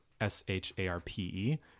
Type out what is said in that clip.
S-H-A-R-P-E